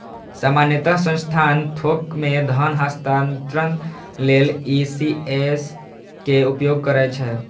सामान्यतः संस्थान थोक मे धन हस्तांतरण लेल ई.सी.एस के उपयोग करै छै